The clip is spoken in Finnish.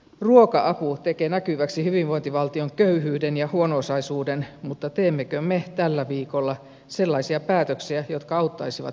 ruoka apu tekee näkyväksi hyvinvointivaltion köyhyyden ja huono osaisuuden mutta teemmekö me tällä viikolla sellaisia päätöksiä jotka auttaisivat näitä ihmisiä